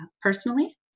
personally